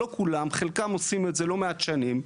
לא כולם, חלקם עושים את זה לא מעט שנים.